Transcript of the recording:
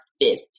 fifth